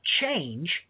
change